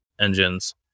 engines